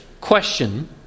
question